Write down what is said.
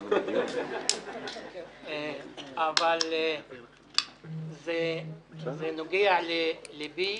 אבל זה נוגע לליבי,